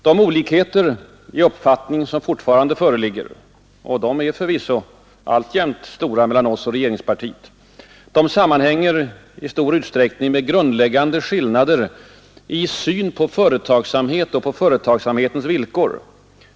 De olikheter i uppfattning som alltjämt föreligger — och de är förvisso betydande mellan oss och regeringspartiet — sammanhänger i stor utsträckning med grundläggande skillnader i syn på företagsamhet och på företagsamhetens villkor.